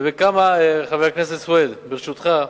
חבר הכנסת סוייד, ברשותך,